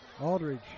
Aldridge